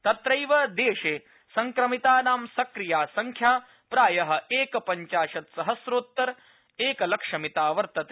तत्रैव देशे संक्रमितानाम् संक्रिया संख्या प्राय एकपंचाशत् सहम्रोत्तर एकलक्षमिता वर्तते